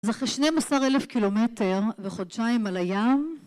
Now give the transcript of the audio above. אז אחרי שנים עשר אלף קילומטר וחודשיים על הים